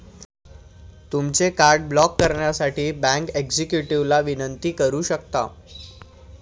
तुमचे card block करण्यासाठी bank एक्झिक्युटिव्हला विनंती करू शकता